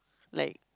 like